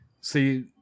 See